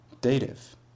dative